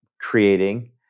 creating